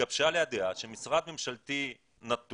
התגבשה לי הדעה שמשרד ממשלתי נתון